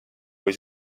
või